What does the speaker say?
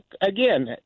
again